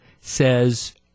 says